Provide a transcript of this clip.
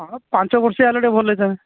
ହଁ ପାଞ୍ଚ ବର୍ଷିଆ ହେଲେ ଟିକେ ଭଲ ହେଇଥାନ୍ତା